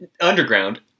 Underground